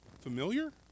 familiar